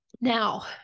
Now